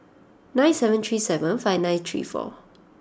nine seven three seven five nine three four